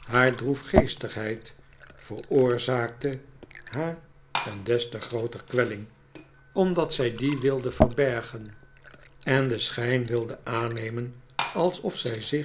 haar droefgeestigheid veroorzaakte haar een des te grootere kwelling omdat zij die wilde verbergen en den schijn wilde aannemen j alsof zij zich